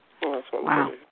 Wow